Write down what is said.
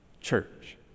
Church